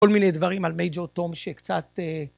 כל מיני דברים על מייג'ור טום שקצת...